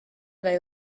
they